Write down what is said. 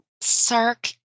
Sark